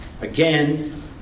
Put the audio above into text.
Again